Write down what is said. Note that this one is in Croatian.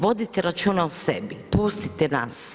Vodite računa o sebi, pustite nas.